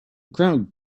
crowd